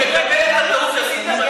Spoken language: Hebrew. אני מקבל את הטעות שעשיתם,